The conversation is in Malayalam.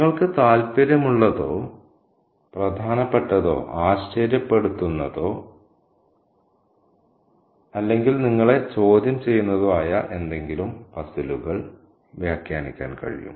നിങ്ങൾക്ക് താൽപ്പര്യമുള്ളതോ പ്രധാനപ്പെട്ടതോ ആശ്ചര്യപെടുതുന്നതോ അല്ലെങ്കിൽ നിങ്ങളെ ചോദ്യം ചെയ്യുന്നതോ ആയ എന്തെങ്കിലും പസിലുകൾ വ്യാഖ്യാനിക്കാൻ കഴിയും